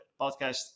podcast